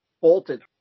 bolted